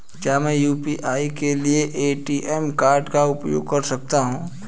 क्या मैं यू.पी.आई के लिए ए.टी.एम कार्ड का उपयोग कर सकता हूँ?